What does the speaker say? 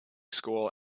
school